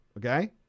Okay